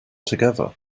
together